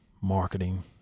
marketing